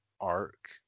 arc